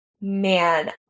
Man